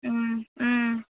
ம் ம்